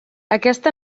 aquesta